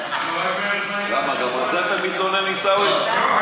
למה, גם על זה אתה מתלונן, עיסאווי?